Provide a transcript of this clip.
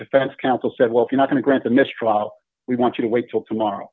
defense counsel said well if you not gonna grant the mistrial we want you to wait till tomorrow